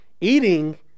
eating